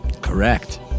Correct